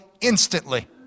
instantly